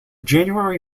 january